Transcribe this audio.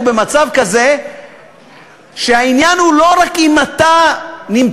הוא במצב כזה שהעניין הוא לא רק אם אתה נמצא